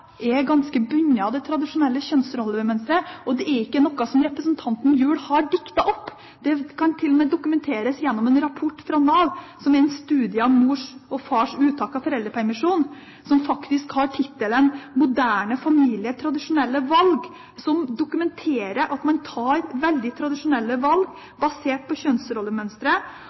er ganske bundet av det tradisjonelle kjønnsrollemønsteret. Og det er ikke noe som representanten Gjul har diktet opp! Det kan til og med dokumenteres gjennom en rapport fra Nav, som er en studie av mors og fars uttak av foreldrepermisjon, som faktisk har tittelen «Moderne familie – tradisjonelle valg», som dokumenterer at man tar veldig tradisjonelle valg basert på